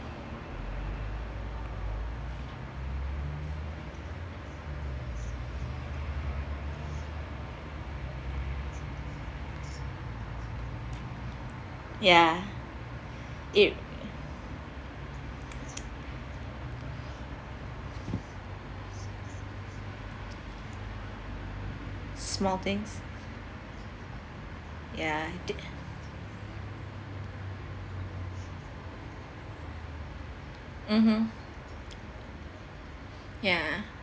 yeah it small things ya mmhmm ya